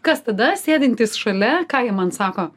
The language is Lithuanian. kas tada sėdintys šalia ką jie man sako